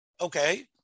okay